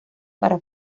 para